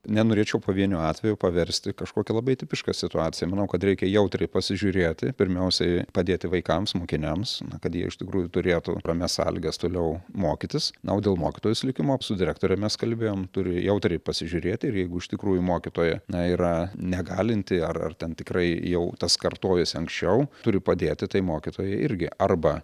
nenorėčiau pavienio atvejo paversti kažkokia labai tipiška situacija manau kad reikia jautriai pasižiūrėti pirmiausiai padėti vaikams mokiniams na kad jie iš tikrųjų turėtų ramias sąlygas toliau mokytis na o dėl mokytojos likimo su direktore mes kalbėjom turi jautriai pasižiūrėti ir jeigu iš tikrųjų mokytoja na yra negalinti ar ar ten tikrai jau tas kartojosi anksčiau turi padėti tai mokytojai irgi arba